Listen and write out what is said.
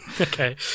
Okay